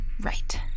Right